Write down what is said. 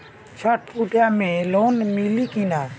छठ पूजा मे लोन मिली की ना?